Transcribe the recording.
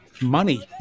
money